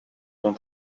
son